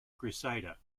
crusader